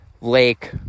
Lake